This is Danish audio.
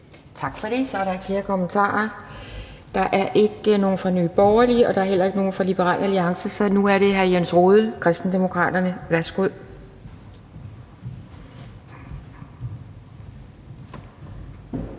Tak for det. Så er der ikke flere kommentarer. Der er ikke nogen fra Nye Borgerlige, og der er heller ikke nogen fra Liberal Alliance, så nu er det hr. Jens Rohde, Kristendemokraterne. Værsgo.